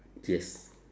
yes